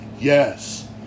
Yes